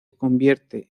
convierte